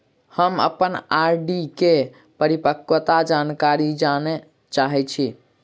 हम अप्पन आर.डी केँ परिपक्वता जानकारी जानऽ चाहै छी